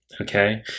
okay